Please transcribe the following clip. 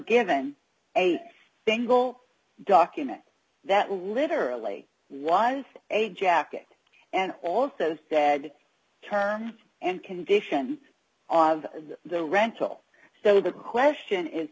given a single document that literally was a jacket and also said terms and conditions of the rental so the question is